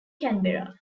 canberra